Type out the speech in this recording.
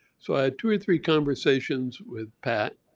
so i had two or three conversations with pat.